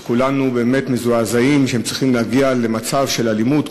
וכולנו באמת מזועזעים מכך שהם צריכים להגיע למצב של אלימות.